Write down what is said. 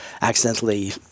accidentally